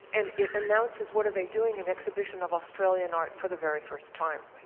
and it announces what are they doing. an exhibition of australian art for the very first time.